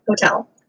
Hotel